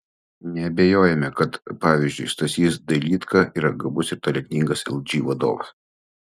neabejojame kad pavyzdžiui stasys dailydka yra gabus ir talentingas lg vadovas